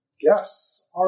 Yes